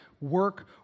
work